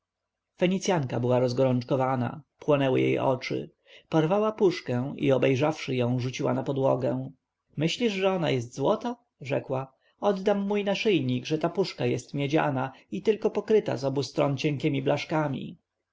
fenicjanka była rozgorączkowana płonęły jej oczy porwała puszkę i obejrzawszy ją rzuciła na podłogę myślisz że ona jest złota rzekła oddam mój naszyjnik że ta puszka jest miedziana i tylko pokryta z obu stron cienkiemi blaszkami